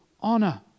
honor